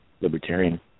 libertarian